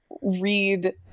read